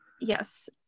yes